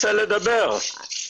עירונית.